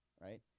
right